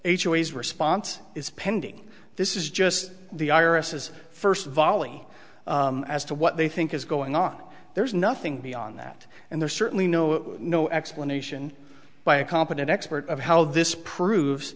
choice response is pending this is just the irises first volley as to what they think is going on there is nothing beyond that and there's certainly no no explanation by a competent expert of how this proves